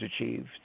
achieved